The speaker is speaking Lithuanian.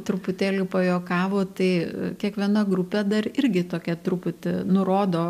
truputėlį pajuokavo tai kiekviena grupė dar irgi tokia truputį nurodo